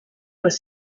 was